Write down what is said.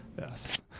yes